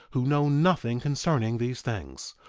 who know nothing concerning these things,